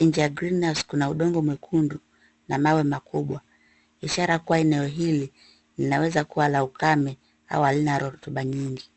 Nje ya green house kuna udongo mwekundu na mawe makubwa, ishara kuwa eneo hili linaweza kuwa la ukame au halina rutuba nyingi.